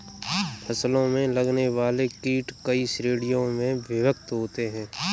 फसलों में लगने वाले कीट कई श्रेणियों में विभक्त होते हैं